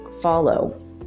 follow